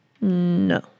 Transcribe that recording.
no